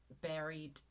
buried